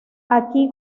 aquí